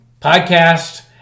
podcast